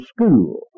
school